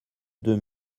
deux